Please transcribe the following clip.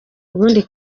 ubundi